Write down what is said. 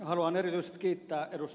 haluan erityisesti kiittää ed